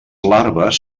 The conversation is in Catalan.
larves